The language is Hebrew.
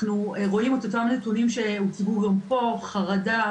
אנחנו רואים את אותם נתונים שהוצגו גם פה חרדה,